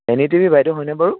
N E টিভিৰ বাইদেউ হয়নে বাৰু